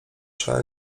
trzeba